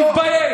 תודה רבה.